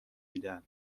میدن